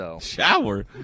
Shower